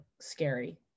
scary